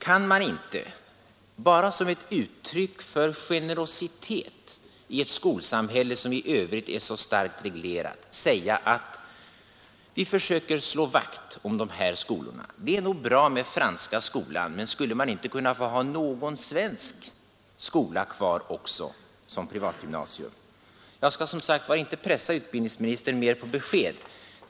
Kan man inte — bara som ett uttryck för generositet i ett skolsamhälle som i Övrigt är så starkt reglerat — säga att vi bör slå vakt om de här skolorna? Det är nog bra med Franska skolan. Men skulle man inte kunna få ha någon svensk skola kvar också som privatgymnasium? Jag skall som sagt inte i dag pressa utbildningsministern mer på besked.